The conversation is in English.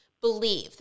believe